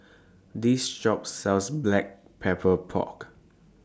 This Shop sells Black Pepper Pork